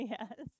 Yes